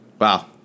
Wow